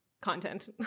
Content